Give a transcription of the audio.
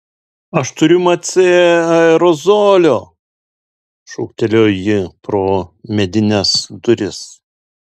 aš turiu mace aerozolio šūktelėjo ji pro medines duris